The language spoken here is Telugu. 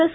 ఎస్